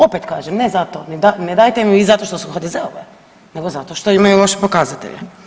Opet kažem, ne zato, ne dajete im vi zato što su HDZ-ove nego zato što imaju loše pokazatelje.